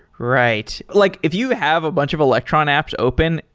right. like if you have a bunch of electron apps open,